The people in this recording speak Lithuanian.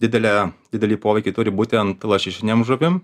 didelę didelį poveikį turi būtent lašišinėm žuvim